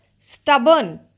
stubborn